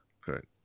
correct